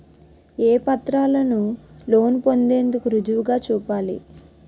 ఏ పత్రాలను లోన్ పొందేందుకు రుజువుగా చూపాలి?